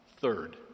Third